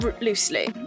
Loosely